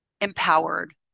empowered